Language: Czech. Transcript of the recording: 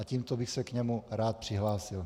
Tímto bych se k němu rád přihlásil.